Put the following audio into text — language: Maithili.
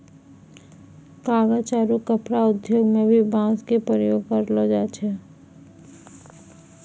कागज आरो कपड़ा उद्योग मं भी बांस के उपयोग करलो जाय छै